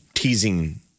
Teasing